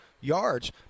yards